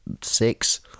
six